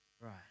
right